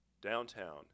downtown